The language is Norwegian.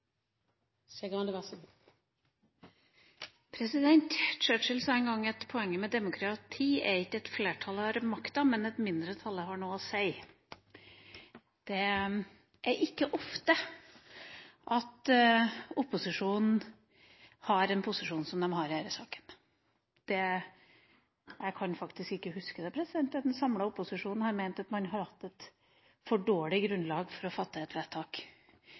derfor utsettelsesforslaget. Churchill sa en gang at poenget med demokrati ikke er at flertallet har makta, men at mindretallet har noe å si. Det er ikke ofte at opposisjonen har en posisjon som de har i denne saken. Jeg kan faktisk ikke huske at en samlet opposisjon har ment at man har hatt et for dårlig grunnlag til å fatte et vedtak.